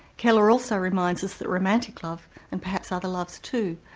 keller also reminds us that romantic love, and perhaps other loves too,